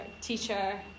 teacher